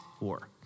war